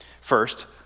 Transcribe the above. First